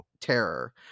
terror